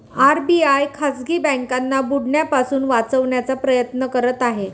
RBI खाजगी बँकांना बुडण्यापासून वाचवण्याचा प्रयत्न करत आहे